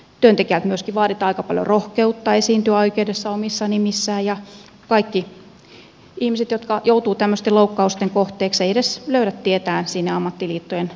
työntekijältä myöskin vaaditaan aika paljon rohkeutta esiintyä oikeudessa omissa nimissään ja kaikki ihmiset jotka joutuvat tämmöisten loukkausten kohteeksi eivät edes löydä tietään sinne ammattiliittojen avun piiriin